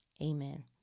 Amen